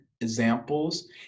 examples